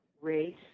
race